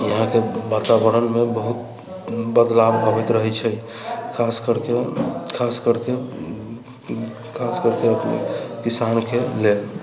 यहाँके वातावरणमे बहुत बदलाव अबैत रहै छै खास करके खास करके खास करके किसानके लेल